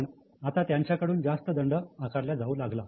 पण आता त्यांच्याकडून जास्त दंड आकारल्या जाऊ लागला